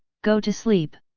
go to sleep.